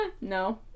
no